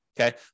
Okay